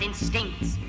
instincts